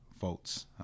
votes